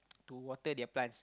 to water their plants